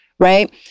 right